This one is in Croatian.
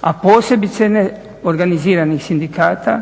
a posebice ne organiziranih sindikata.